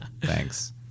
Thanks